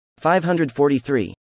543